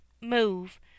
move